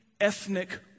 ethnic